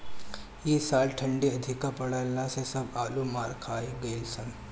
इ साल ठंडी अधिका पड़ला से सब आलू मार खा गइलअ सन